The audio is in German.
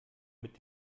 mit